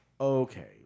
okay